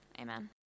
Amen